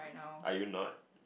are you not